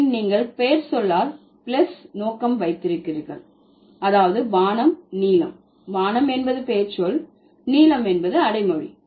பின் நீங்கள் பெயர் சொல்லால் பிளஸ் நோக்கம் வைத்திருக்கிறீர்கள் அதாவது வானம் நீலம் வானம் என்பது பெயர்ச்சொல் நீலம் என்பது அடைமொழி